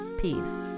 Peace